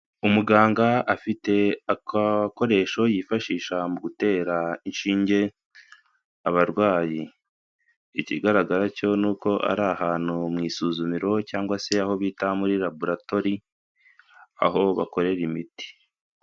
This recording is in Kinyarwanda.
Umuganga afite akakoresho yifashisha mu gutera inshinge, abarwayi. Ikigaragara cyo ni uko ari ahantu mu isuzumiro cyangwa se aho bita muri laboratori, aho bakorera imiti.